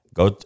go